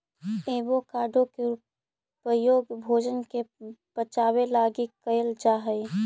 avocado के उपयोग भोजन के पचाबे लागी कयल जा हई